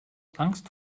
angst